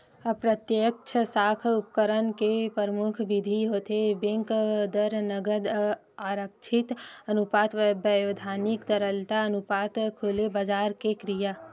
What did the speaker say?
अप्रत्यक्छ साख उपकरन के परमुख बिधि होथे बेंक दर, नगद आरक्छित अनुपात, बैधानिक तरलता अनुपात, खुलेबजार के क्रिया